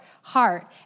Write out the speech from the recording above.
heart